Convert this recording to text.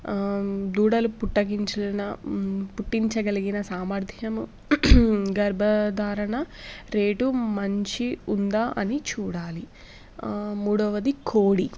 దూడలు పుట్టించగలిగిన సామర్థ్యము గర్భధారణ రేటు మంచి ఉందా అని చూడాలి మూడవది కోడి